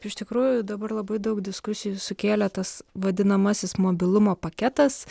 iš tikrųjų dabar labai daug diskusijų sukėlė tas vadinamasis mobilumo paketas